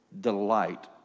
delight